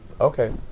Okay